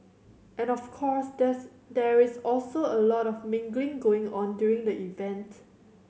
and of course there is there is also a lot of mingling going on during the event